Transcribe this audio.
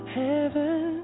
heaven